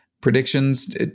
predictions